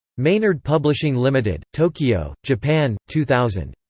meynard publishing ltd. tokyo, japan, two thousand.